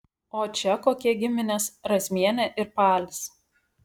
o čia kokie giminės razmienė ir palis